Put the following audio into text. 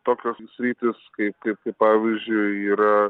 tokios sritys kaip kaip pavyzdžiui yra